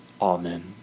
Amen